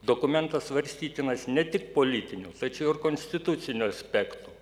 dokumentas svarstytinas ne tik politiniu tačiau ir konstituciniu aspektu